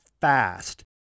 fast